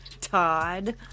Todd